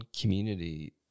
community